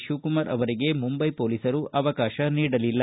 ಶಿವಕುಮಾರ್ ಅವರಿಗೆ ಮುಂಬೈ ಪೊಲೀಸರು ಅವಕಾಶ ನೀಡಲಿಲ್ಲ